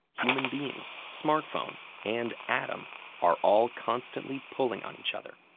human being, smartphone, and atom are all constantly pulling on each other.